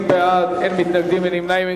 בעד, 20, אין מתנגדים, אין נמנעים.